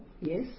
Yes